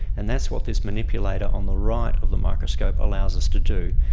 and that's what this manipulator on the right of the microscope allows us to do,